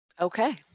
Okay